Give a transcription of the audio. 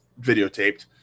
videotaped